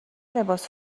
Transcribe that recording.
لباس